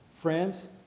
Friends